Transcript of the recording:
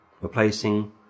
replacing